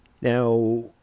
Now